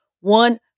one